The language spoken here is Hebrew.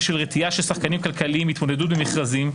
בשל רתיעה של שחקנים כלכליים מהתמודדות במכרזים,